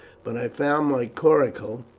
but i found my coracle,